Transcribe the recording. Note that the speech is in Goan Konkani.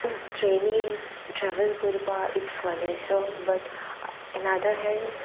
ट्रेनी ट्रॅवल करपा एक फन असो बट एनादर हेंण्ड